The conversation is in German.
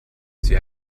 sie